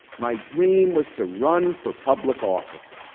my dream was to run for public office,